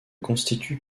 constituent